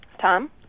Tom